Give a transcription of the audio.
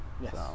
Yes